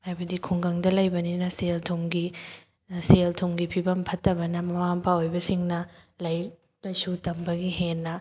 ꯍꯥꯏꯕꯗꯤ ꯈꯨꯡꯒꯪꯗ ꯂꯩꯕꯅꯤꯅ ꯁꯦꯜ ꯊꯨꯝꯒꯤ ꯁꯦꯜ ꯊꯨꯝꯒꯤ ꯐꯤꯕꯝ ꯐꯠꯇꯕꯅ ꯃꯃꯥ ꯃꯄꯥ ꯑꯣꯏꯕꯁꯤꯡꯅ ꯂꯥꯏꯔꯤꯛ ꯂꯥꯏꯁꯨ ꯇꯝꯕꯒꯤ ꯍꯦꯟꯅ